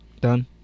done